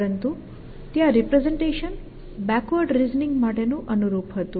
પરંતુ ત્યાં representation backward reasoning માટેનું અનુરૂપ હતું